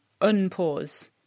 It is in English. unpause